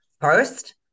first